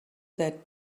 that